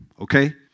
Okay